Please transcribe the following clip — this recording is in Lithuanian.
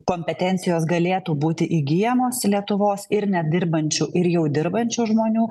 kompetencijos galėtų būti įgyjamos lietuvos ir nedirbančių ir jau dirbančių žmonių